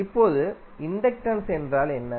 இப்போது இண்டக்டன்ஸ் என்றால் என்ன